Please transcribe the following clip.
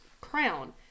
crown